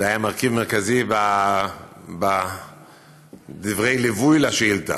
זה היה מרכיב מרכזי בדברי הליווי לשאילתה.